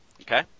Okay